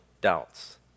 doubts